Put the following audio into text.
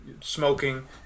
smoking